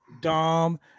Dom